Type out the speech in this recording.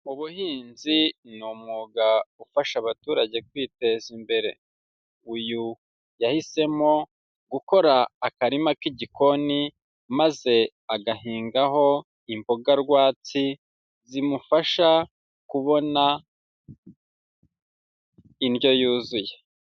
Ubuhinzi ni umwuga ufasha abaturage kwiteza imbere, uyu yahisemo gukora akarima k'igikoni maze agahingaho imboga rwatsi, zimufasha kubona indyo yuzuye.